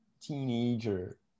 Teenager